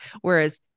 whereas